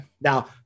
now